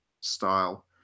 style